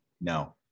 no